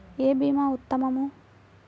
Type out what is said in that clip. ఏ భీమా ఉత్తమము?